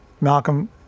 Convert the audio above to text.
Malcolm